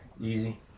easy